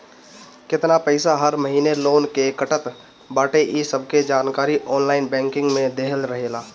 केतना पईसा हर महिना लोन के कटत बाटे इ सबके जानकारी ऑनलाइन बैंकिंग में देहल रहेला